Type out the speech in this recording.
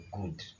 good